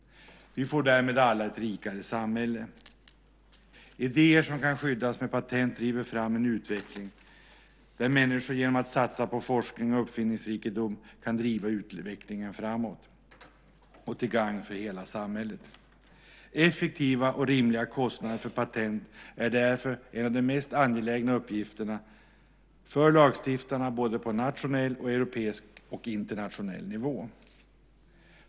Vi får därmed alla ett rikare samhälle. Idéer som kan skyddas med patent driver fram en utveckling där människor genom att satsa på forskning och uppfinningsrikedom kan driva utvecklingen framåt till gagn för hela samhället. Effektiva och rimliga kostnader för patent är därför en av de mest angelägna uppgifterna för lagstiftarna på såväl nationell som europeisk och internationell nivå.